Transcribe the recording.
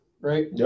right